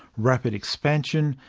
rapid expansion,